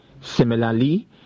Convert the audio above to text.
similarly